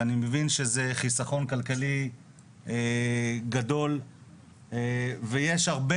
ואני מבין שזה חיסכון כלכלי גדול ויש הרבה